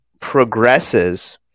progresses